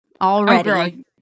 already